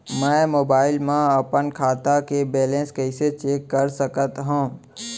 मैं मोबाइल मा अपन खाता के बैलेन्स कइसे चेक कर सकत हव?